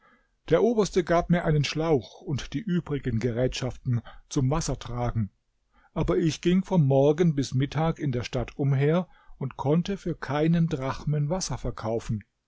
der oberste gab mir einen schlauch und die übrigen gerätschaften zum wassertragen aber ich ging vom morgen bis mittag in der stadt umher und konnte für keinen drachmen wasser verkaufen